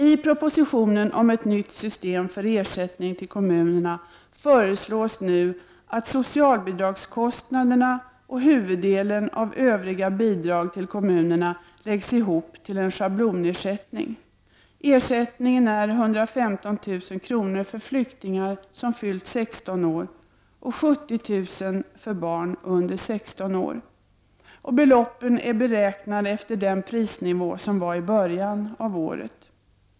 I propositionen om ett nytt system för ersättning till kommunerna föreslås nu att socialbidragskostnaderna och huvuddelen av övriga bidrag till kommunerna läggs ihop till en schablonersättning. Ersättningen är 115 000 kr. för flyktingar som fyllt 16 år och 70 000 kr. för barn under 16 år. Beloppen är beräknade efter den prisnivå som gällde i början av året.